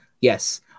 yes